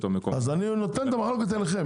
המקומית- -- אני נותן את המחלוקת אליכם.